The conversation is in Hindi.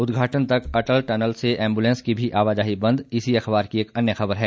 उद्घाटन तक अटल टनल से एंबुलेंस की भी आवाजाही बंद इसी अखबार की एक अन्य खबर है